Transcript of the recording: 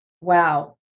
wow